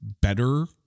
better